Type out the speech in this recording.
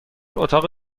اتاق